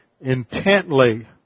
intently